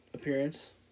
Appearance